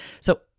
So-